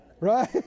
Right